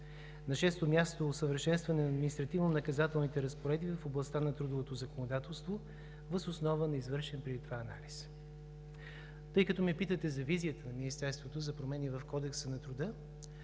6. усъвършенстване на административнонаказателните разпоредби в областта на трудовото законодателство въз основа на извършен преди това анализ. Тъй като ме питате за визията на Министерството за промени в Кодекса на труда,